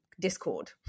discord